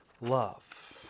love